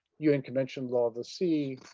un convention law of the sea,